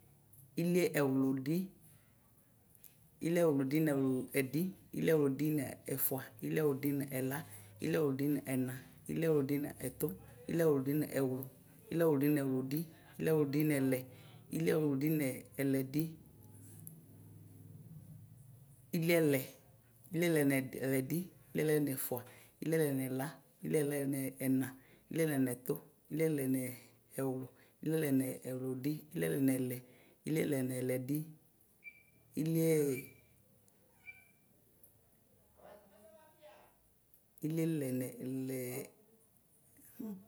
Iliɛwlʋdi, iliɛwlʋdi nɛ woɛdi, iliɛwlʋdi nɛfʋa, iliɛwlʋdi nɛla, iliɛwlʋdi nɛna, iliɛwlʋdi nɛtɔ, iliɛwlʋdi nɛwlʋ, iliɛwlʋdi nɛwlʋdi, iliɛwlʋdi nɛlɛ, iliɛwlʋdi nɛlɛdi, iliɛlɛ, iliɛlɛ nɛlɛdi iliɛlɛ nɛfʋa, iliɛlɛ nɛla, iliɛlɛ nɛna, iliɛlɛ nɛtʋ, iliɛlɛ nɛwlu, iliɛlɛ nɛwlʋdi, iliɛlɛ nɛlɛ, iliɛlɛ nɛlɛdi, iliɛlɛ nɛlɛ.